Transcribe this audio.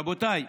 רבותיי,